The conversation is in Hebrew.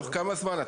תוך כמה זמן?